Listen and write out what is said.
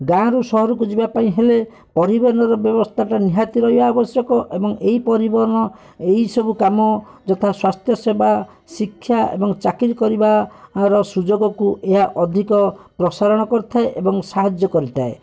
ଗାଁ'ରୁ ସହରକୁ ଯିବାପାଇଁ ହେଲେ ପରିବହନର ବ୍ୟବସ୍ଥାଟା ନିହାତି ରହିବା ଆବଶ୍ୟକ ଏବଂ ଏହି ପରିବହନ ଏହି ସବୁ କାମ ଯଥା ସ୍ୱାସ୍ଥ୍ୟସେବା ଶିକ୍ଷା ଏବଂ ଚାକିରୀ କରିବା ର ସୁଯୋଗକୁ ଏହା ଅଧିକ ପ୍ରସାରଣ କରିଥାଏ ଏବଂ ସାହାଯ୍ୟ କରିଥାଏ